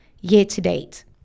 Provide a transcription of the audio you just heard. year-to-date